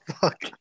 fuck